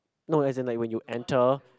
no as in like when you enter